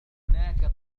هناك